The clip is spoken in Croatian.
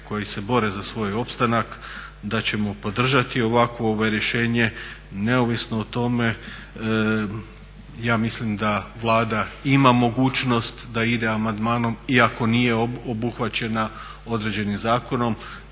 koji se bore za svoj opstanak da ćemo podržati ovakvo rješenje neovisno o tome. Ja mislim da Vlada ima mogućnost da ide amandmanom iako nije obuhvaćena određenim zakonom,